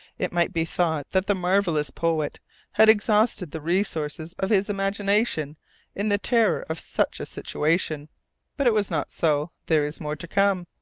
it might be thought that the marvellous poet had exhausted the resources of his imagination in the terror of such a situation but it was not so. there is more to come!